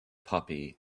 puppy